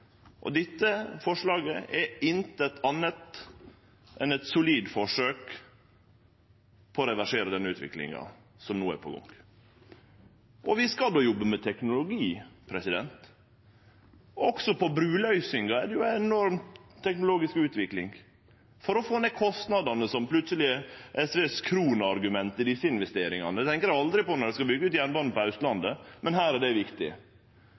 Dette forslaget er ikkje noko anna enn eit solid forsøk på å reversere den utviklinga som no er på gang. Vi skal då jobbe med teknologi. Også på bruløysingar er det ei enorm teknologisk utvikling for å få ned kostnadene, som plutseleg er SVs kronargument i samband med desse investeringane. Det tenkjer dei aldri på når dei skal byggje ut jernbanen på Austlandet, men her er det viktig.